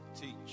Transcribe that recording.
teach